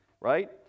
right